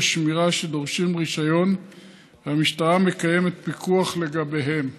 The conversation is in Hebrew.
השמירה שדורשים רישיון והמשטרה מקיימת פיקוח לגביהם.